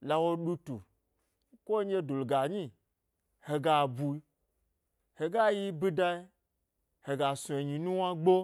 Lawo ɗutu, ko nɗye duluga nyi hega bu hega yi ɓida hega snu enyi nuwna gbo